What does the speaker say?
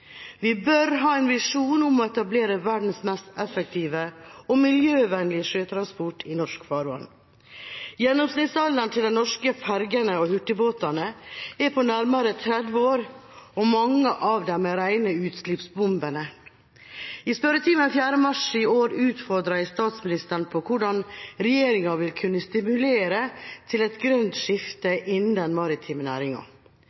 Vi bør ha en visjon om å etablere verdens mest effektive og miljøvennlige sjøtransport i norsk farvann. Gjennomsnittsalderen til de norske fergene og hurtigbåtene er på nærmere 30 år, og mange av dem er rene utslippsbombene. I spørretimen 4. mars i år utfordret jeg statsministeren på hvordan regjeringa vil kunne stimulere til et grønt skifte innen den maritime næringa.